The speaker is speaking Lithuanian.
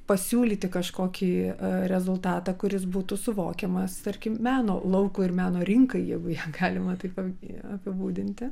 pasiūlyti kažkokį rezultatą kuris būtų suvokiamas tarkim meno lauko ir meno rinkai jeigu galima taip apibūdinti